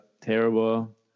terrible